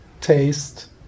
taste